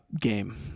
game